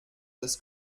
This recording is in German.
das